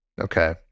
Okay